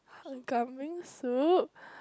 and kambing soup